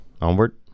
Onward